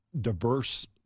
diverse